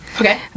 Okay